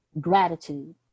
gratitude